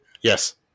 yes